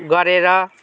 गरेर